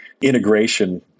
integration